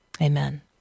Amen